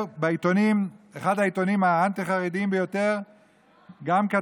בעיתונים גם אחד העיתונים האנטי-חרדיים ביותר כתב